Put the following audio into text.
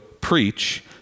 preach